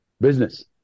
business